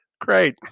Great